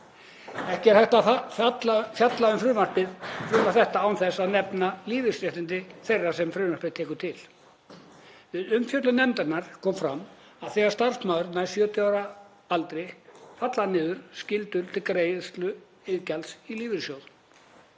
Ekki er hægt að fjalla um frumvarp þetta án þess að nefna lífeyrisréttindi þeirra sem frumvarpið tekur til. Við umfjöllun nefndarinnar kom fram að þegar starfsmaður nær 70 ára aldri falli niður skylda til greiðslu iðgjalds í lífeyrissjóð.